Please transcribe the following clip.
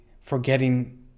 forgetting